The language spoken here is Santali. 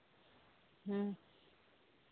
ᱦᱮᱸ